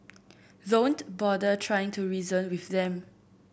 don't bother trying to reason with them